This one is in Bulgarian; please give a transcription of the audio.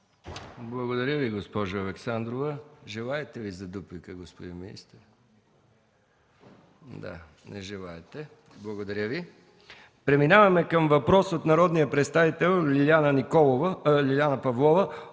Благодаря Ви, госпожо Александрова. Желаете ли думата за дуплика, господин министър? Не желаете. Благодаря Ви. Преминаваме към въпрос от народния представител Лиляна Павлова